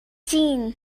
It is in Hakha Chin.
cin